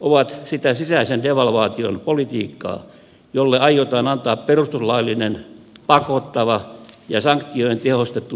ovat sitä sisäisen devalvaation politiikkaa jolle aiotaan antaa perustuslaillinen pakottava ja sanktioin tehostettu status